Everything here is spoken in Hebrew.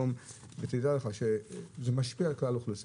תדע שזה משפיע על כלל האוכלוסייה.